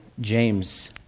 James